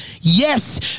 Yes